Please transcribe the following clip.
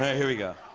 here we go.